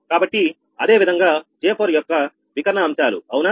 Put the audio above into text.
కాబట్టి అదే విధంగా J4 యొక్క వికర్ణ అంశాలు అవునా